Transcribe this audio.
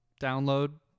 Download